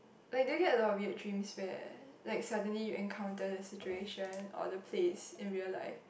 like do you get a lot of weird dreams where like suddenly you encounter the situation or the place in real life